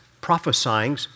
prophesying